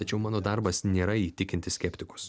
tačiau mano darbas nėra įtikinti skeptikus